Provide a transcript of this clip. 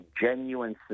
genuine